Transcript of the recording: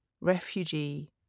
refugee